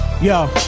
yo